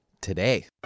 today